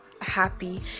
happy